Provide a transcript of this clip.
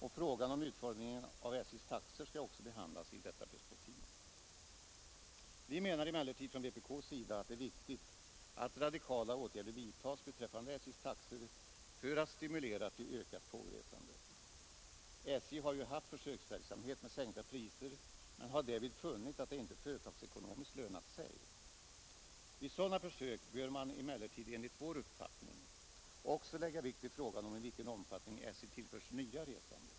Och frågan om utformningen av SJ:s taxor skall också behandlas i detta perspektiv. Vi menar emellertid från vpk:s sida att det är viktigt att radikala åtgärder vidtas beträffande SJ:s taxor för att stimulera till ökat tågresande. SJ har ju haft försöksverksamhet med sänkta priser men har därvid funnit att det inte företagsekonomiskt lönat sig. Vid sådana försök bör man emellertid enligt vår uppfattning lägga vikt vid frågan om i vilken omfattning SJ tillförs nya resande.